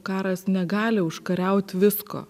karas negali užkariaut visko